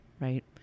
right